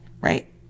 right